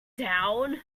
down